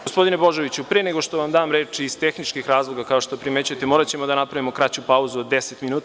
Gospodine Božoviću, pre nego što vam dam reč, iz tehničkih razloga, kao što primećujete, moraćemo da napravimo kraću pauzu od 10 minuta.